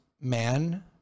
man